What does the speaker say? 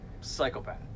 psychopath